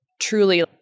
truly